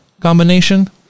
combination